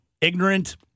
ignorant